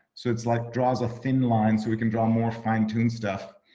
so it's like draws a thin line so we can draw more fine tuned stuff.